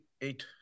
eight